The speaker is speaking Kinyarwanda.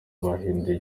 bahinduye